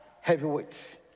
heavyweight